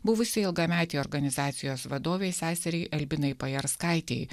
buvusiai ilgametei organizacijos vadovei seseriai albinai pajarskaitei